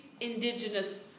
indigenous